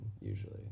usually